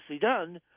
done